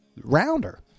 rounder